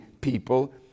people